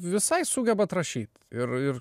visai sugebat rašyt ir ir